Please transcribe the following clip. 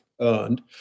earned